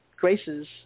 graces